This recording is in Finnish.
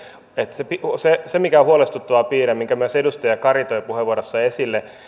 mikä on huolestuttava piirre minkä myös edustaja kari toi puheenvuorossaan esille on se